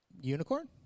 unicorn